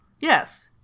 yes